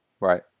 Right